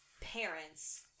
parents